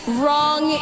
wrong